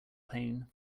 pain